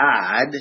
God